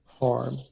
harm